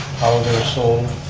how they're sold.